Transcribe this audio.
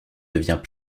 devient